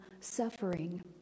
suffering